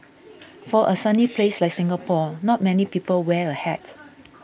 for a sunny place like Singapore not many people wear a hat